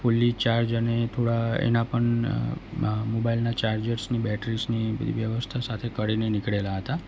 ફૂલી ચાર્જ અને એ થોડા એના પણ મોબાઈલના ચાર્જર્સની બેટરીસની વ્યવસ્થા સાથે કરીને નીકળેલા હતા